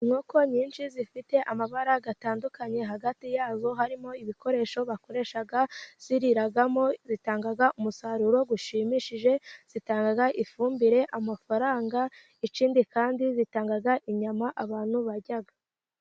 Inkoko nyinshi zifite amabara atandukanye, hagati yazo harimo ibikoresho bakoresha ziriramo, zitanga umusaruro ushimishije, zitanga ifumbire, amafaranga, ikindi kandi zitanga inyama abantu bajya.